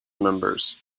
members